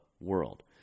world